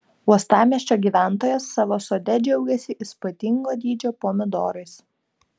uostamiesčio gyventojas savo sode džiaugiasi įspūdingo dydžio pomidorais